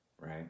Right